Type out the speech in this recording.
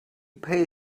pay